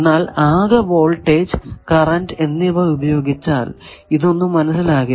എന്നാൽ ആകെ voltage current എന്നിവ ഉപയോഗിച്ചാൽ ഇതൊന്നും മനസ്സിലാകില്ല